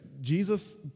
Jesus